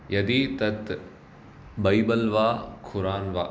यदि तत् बैबल् वा कुरान् वा